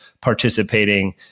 participating